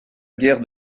guerre